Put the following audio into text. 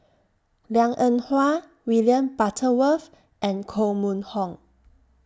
Liang Eng Hwa William Butterworth and Koh Mun Hong